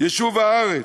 יישוב הארץ,